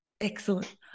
Excellent